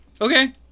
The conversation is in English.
Okay